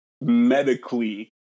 medically